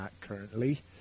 currently